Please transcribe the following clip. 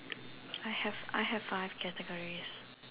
I have I have five categories